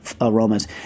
aromas